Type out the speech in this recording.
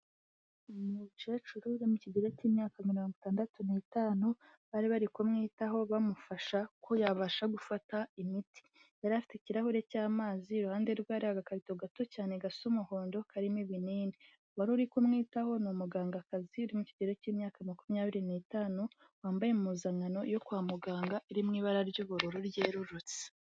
Umukecuru uri mu kigero cy'imyaka mirongo itandatu n'itanu, bari bari kumwitaho bamufasha ko yabasha gufata imiti, yari afite ikirahure cy'amazi, iruhande rwe hari agakarito gato cyane gasa umuhondo karimo ibinini, uwari uri kumwitaho ni umugangakazi mu kigero cy'imyaka makumyabiri n'itanu, wambaye impuzankano yo kwa muganga, iri mu ibara ry'ubururu ryerurutse.